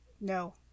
No